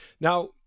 now